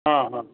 হ্যাঁ হ্যাঁ